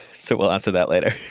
so we'll answer that later.